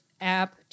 app